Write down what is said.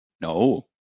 No